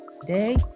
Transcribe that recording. today